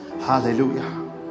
Hallelujah